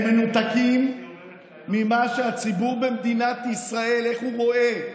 הם מנותקים ממה שהציבור במדינת ישראל רואה,